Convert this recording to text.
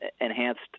enhanced